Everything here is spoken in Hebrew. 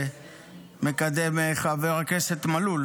שמקדם חבר הכנסת מלול,